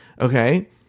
okay